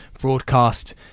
broadcast